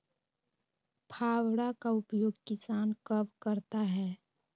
फावड़ा का उपयोग किसान कब करता है?